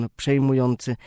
przejmujący